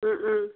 उम उम